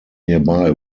nearby